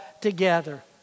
together